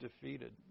defeated